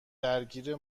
درگیر